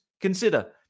consider